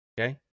okay